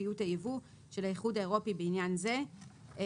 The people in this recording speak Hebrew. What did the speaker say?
חוקיות הייבוא של האיחוד האירופי בעניין זה.";"